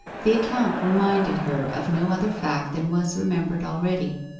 the account reminded her of no other fact than was remembered already.